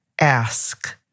ask